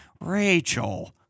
rachel